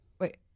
wait